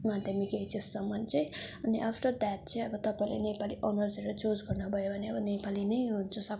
माध्यमिक एचएससम्म चाहिँ अनि आफ्टर द्याट चाहिँ अब तपाईँले नेपाली अनर्सहरू चुज गर्नु भयो भने अब नेपाली नै हुन्छ सबै